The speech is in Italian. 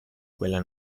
quella